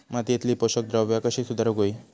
मातीयेतली पोषकद्रव्या कशी सुधारुक होई?